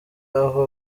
aho